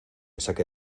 saque